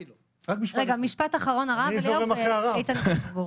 משפט אחרון, הרב ואז איתן גינזבורג.